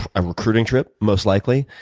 a recruiting trip most likely